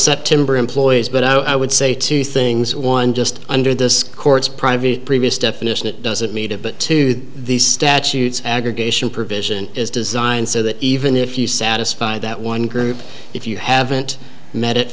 september employees but i would say two things one just under this court's private previous definition it doesn't meet it but to these statutes aggregation provision is designed so that even if you satisfy that one group if you haven't met it